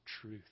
truth